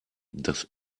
dass